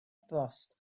bost